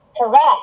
Correct